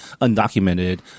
undocumented